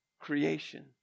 creation